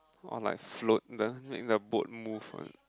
all like float the make the boat move one